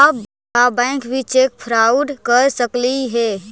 का बैंक भी cheque fraud कर सकलई हे?